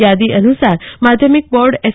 યાદી અનુસાર માધ્યમિક બોર્ડ એસ